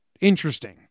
interesting